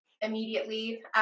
immediately